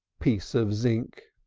piece of zinc!